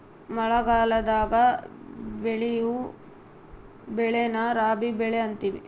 ಮಳಗಲದಾಗ ಬೆಳಿಯೊ ಬೆಳೆನ ರಾಬಿ ಬೆಳೆ ಅಂತಿವಿ